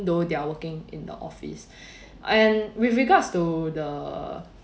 though they're working in the office and with regards to the